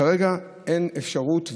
כרגע אין אפשרות.